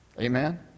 Amen